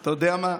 אתה יודע מה,